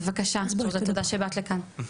אז בבקשה, ג'ורג'ט, תודה שבאת לכאן.